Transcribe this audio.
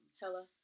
Hello